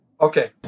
Okay